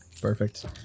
Perfect